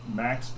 max